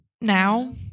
now